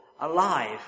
alive